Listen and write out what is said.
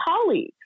colleagues